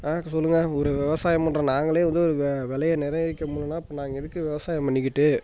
சொல்லுங்கள் ஒரு விவசாயம் பண்ணுற நாங்களே வந்து ஒரு விலைய நிர்ணயிக்க முடிலனா அப்புறம் நாங்கள் எதுக்கு விவசாயம் பண்ணிக்கிட்டு